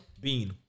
Bean